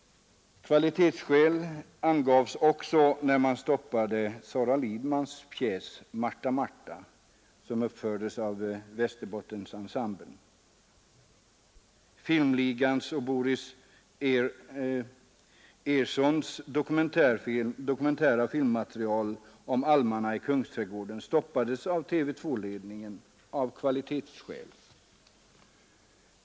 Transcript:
Kvalitetsskäl angavs också när man stoppade Sara Lidmans pjäs ”Marta Marta”, som uppfördes av Västerbottensensemblen. Filmligans och Boris Ersons dokumentära filmmaterial om almarna i Kungsträdgården stoppades av TV 2-ledningen av kvalitetsskäl.